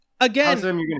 Again